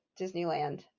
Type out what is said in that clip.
Disneyland